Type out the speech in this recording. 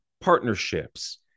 partnerships